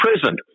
prison